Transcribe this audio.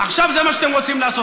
עכשיו זה מה שאתם רוצים לעשות.